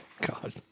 God